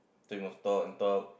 so you must talk and talk